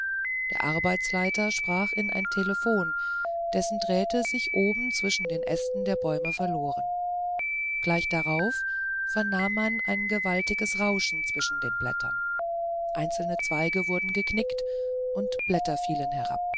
der arbeitsleiter sprach in ein telephon dessen drähte sich nach oben zwischen den ästen der bäume verloren gleich darauf vernahm man ein gewaltiges rauschen zwischen den blättern einzelne zweige wurden geknickt und blätter fielen herab